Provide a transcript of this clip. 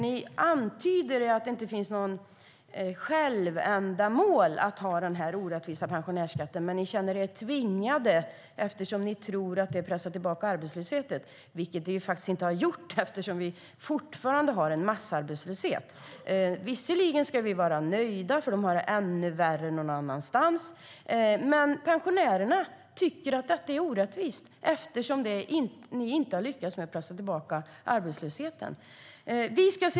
Ni antyder att den orättvisa pensionärsskatten inte är något självändamål. Men ni känner er tvingade eftersom ni tror att det pressar tillbaka arbetslösheten, vilket det faktiskt inte har gjort. Vi har fortfarande massarbetslöshet. Visserligen ska vi vara nöjda eftersom de har det ännu värre någon annanstans. Men pensionärerna tycker att detta är orättvist eftersom ni inte har lyckats pressa tillbaka arbetslösheten.